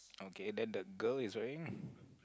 okay then the girl is wearing